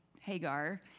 Hagar